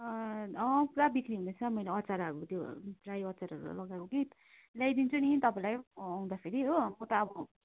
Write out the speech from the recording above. पुरा बिक्री हुँदैछ मेरो अचारहरू त्यो ड्राई अचारहरू लगाएको कि ल्याइदिन्छु नि तपाईँलाई म आउँदाखेरि हो म त अब